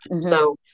So-